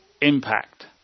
impact